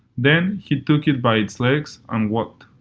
then he took it by its legs and walked.